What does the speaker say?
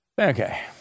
Okay